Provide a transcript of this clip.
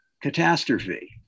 catastrophe